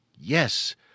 Yes